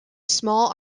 small